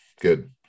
Good